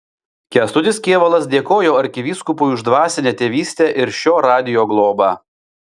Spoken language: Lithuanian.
kęstutis kėvalas dėkojo arkivyskupui už dvasinę tėvystę ir šio radijo globą